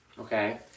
Okay